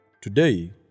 Today